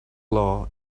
law